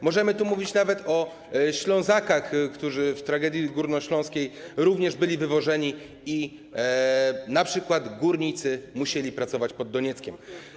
Możemy tu mówić nawet o Ślązakach, którzy w trakcie trwania tragedii górnośląskiej również byli wywożeni, i np. górnicy musieli pracować pod Donieckiem.